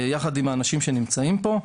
יחד עם האנשים שנמצאים פה,